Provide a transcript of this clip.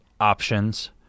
options